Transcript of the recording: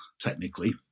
technically